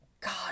god